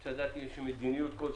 אני רוצה לדעת אם ישנה מדיניות כלשהי,